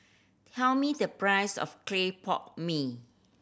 tell me the price of clay pot mee